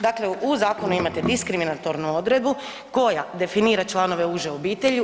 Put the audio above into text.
Dakle, u zakonu imate diskriminatornu odredbu koja definira članove uže obitelji.